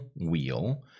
wheel